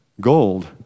gold